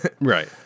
Right